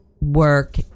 work